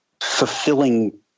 fulfilling